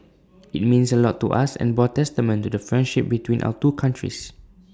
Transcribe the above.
IT meant A lot to us and bore testament to the friendship between our two countries